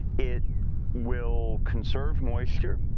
it will conserve moisture.